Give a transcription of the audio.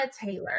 Taylor